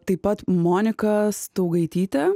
taip pat monika staugaitytė